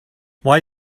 why